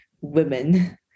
women